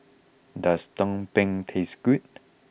does Tumpeng taste good